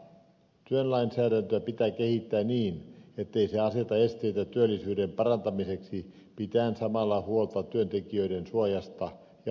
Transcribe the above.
työlainsäädäntöä pitää kehittää niin että se ei aseta esteitä työllisyyden parantamiseksi ja pitää samalla huolta työntekijöiden suojasta ja oikeuksista